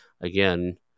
again